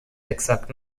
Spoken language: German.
exakt